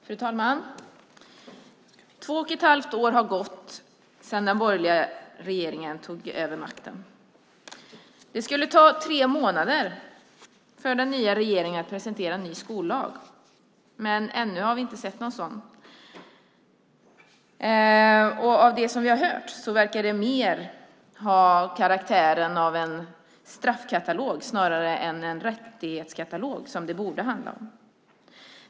Fru talman! Två och ett halvt år har gått sedan den borgerliga regeringen tog över makten. Det skulle ta tre månader för den nya regeringen att presentera en ny skollag. Ännu har vi dock inte sett någon sådan och att döma av det som vi har hört så verkar den mer ha karaktären av en straffkatalog än den rättighetskatalog det borde handla om.